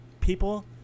people